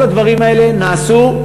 כל הדברים האלה נעשו,